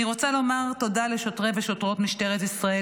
אני רוצה לומר תודה לשוטרים ולשוטרות במשטרת ישראל,